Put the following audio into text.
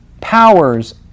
powers